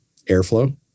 airflow